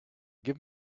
give